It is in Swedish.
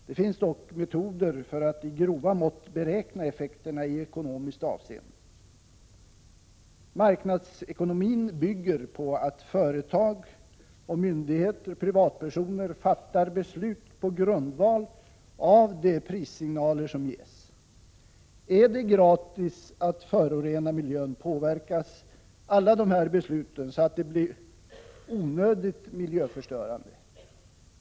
Det finns dock metoder för att i grova mått beräkna effekterna i ekonomiskt avseende. Marknadsekonomin bygger på att företag, myndigheter och privatpersoner fattar beslut på grundval av de prissignaler som ges. Är det gratis att förorena miljön påverkas alla dessa beslut så att de blir onödigt miljöförstörande.